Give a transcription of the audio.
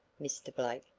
mr. blake,